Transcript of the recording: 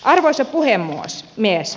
arvoisa puhemies